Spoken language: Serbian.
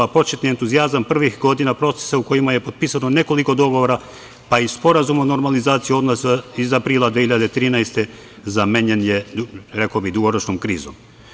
Početni entuzijazam prvih godina procesa u kojima je potpisano nekoliko dogovora, pa i Sporazum o normalizaciji odnosa iz aprila 2013. godine zamenjen je, rekao bih, dugoročnom krizom.